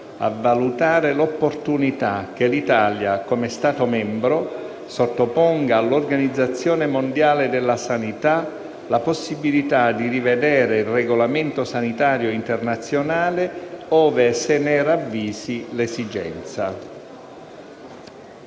«a valutare l'opportunità che l'Italia, come Stato membro, sottoponga all'Organizzazione mondiale della Sanità la possibilità di rivedere il Regolamento sanitario internazionale ove se ne ravvisi l'esigenza».